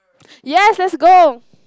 yes let's go